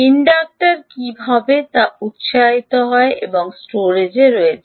inductor কী হবে তা উৎসাহিত হয় এবং স্টোরেজ রয়েছে